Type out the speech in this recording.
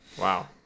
Wow